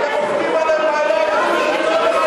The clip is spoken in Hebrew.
אתם עובדים עליהם בעיניים.